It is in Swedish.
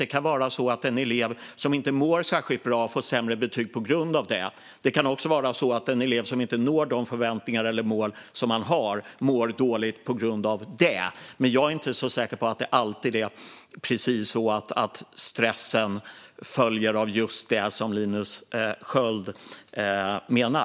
Det kan vara så att en elev som inte mår särskilt bra får sämre betyg på grund av det. Det kan också vara så att en elev som inte når de förväntningar eller mål som man har mår dåligt på grund av det. Jag är inte säker på att det alltid är så att stressen följer av just det som Linus Sköld menar.